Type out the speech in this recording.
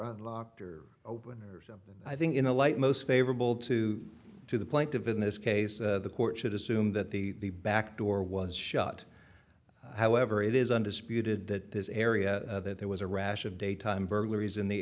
were locked or open or something i think in a light most favorable to to the plaintiff in this case the court should assume that the back door was shut however it is undisputed that this area that there was a rash of daytime burglaries in the